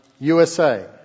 USA